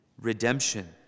redemption